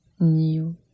new